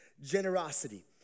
generosity